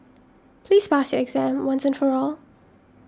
please pass your exam once and for all